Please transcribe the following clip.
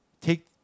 take